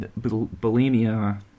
bulimia